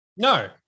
No